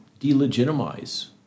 delegitimize